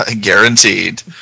Guaranteed